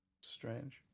Strange